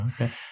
okay